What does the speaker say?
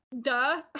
Duh